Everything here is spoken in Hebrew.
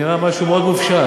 זה נראה משהו מאוד מופשט.